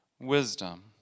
Wisdom